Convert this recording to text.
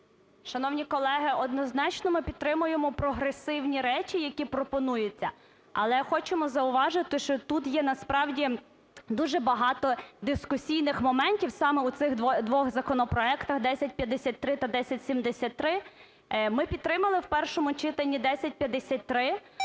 Шановні колеги, однозначно ми підтримуємо прогресивні речі, які пропонуються. Але хочемо зауважити, що тут є насправді дуже багато дискусійних моментів саме у цих двох законопроектах: 1053 та 1073. Ми підтримали в першому читанні 1053,